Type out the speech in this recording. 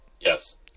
Yes